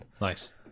Nice